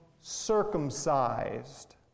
circumcised